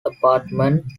apartments